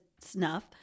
Snuff